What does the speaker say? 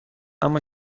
اما